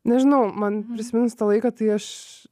nežinau man prisiminus tą laiką tai aš